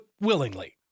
willingly